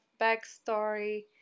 backstory